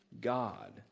God